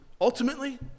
ultimately